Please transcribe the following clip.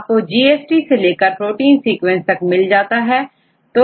आपकोGST से लेकर protein sequence तक मिल जाएंगे